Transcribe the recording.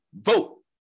vote